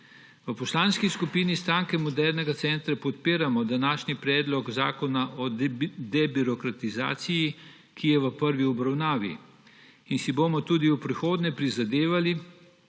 V Poslanski skupni Stranke modernega centra podpiramo današnji Predlog zakona o debirokratizaciji, ki je v prvi obravnavi, in si bomo tudi v prihodnje prizadevali